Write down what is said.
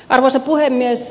arvoisa puhemies